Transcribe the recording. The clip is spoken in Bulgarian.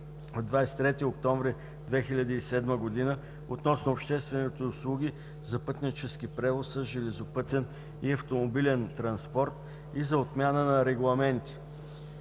от 23 октомври 2007 година относно обществените услуги за пътнически превоз с железопътен и автомобилен транспорт и за отмяна на регламенти